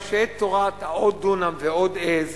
אלא שאת תורת העוד דונם ועוד עז,